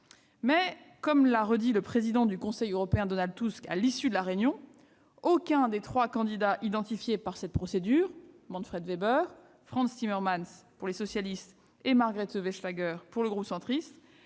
comme l'a redit le président du Conseil européen, Donald Tusk, à l'issue de la réunion, aucun des trois candidats identifiés par cette procédure - Manfred Weber pour le PPE, Frans Timmermans pour les socialistes et Margrethe Vestager pour le groupe centriste